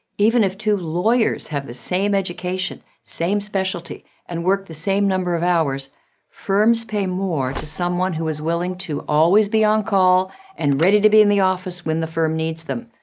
even if two lawyers have the same education, same specialty, and work the same number of hours firms pay more to someone who is willing to always be on call and ready to be in the office when the firm needs them,